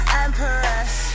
empress